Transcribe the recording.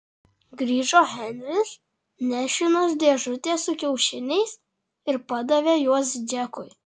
grįžo henris nešinas dėžute su kiaušiniais ir padavė juos džekui